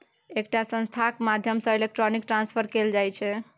एकटा संस्थाक माध्यमसँ इलेक्ट्रॉनिक ट्रांसफर कएल जाइ छै